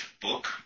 book